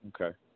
Okay